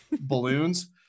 balloons